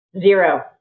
Zero